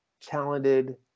talented